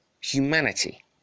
humanity